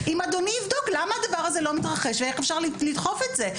אם אדוני יבדוק למה הדבר הזה לא מתרחש ואיך אפשר לדחוף את זה,